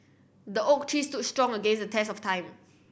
the oak tree stood strong against the test of time